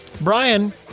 Brian